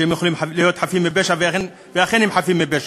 שיכולים להיות חפים מפשע, ואכן הם חפים מפשע.